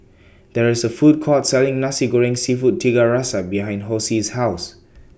There IS A Food Court Selling Nasi Goreng Seafood Tiga Rasa behind Hosie's House